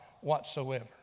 whatsoever